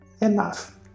Enough